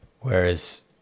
Whereas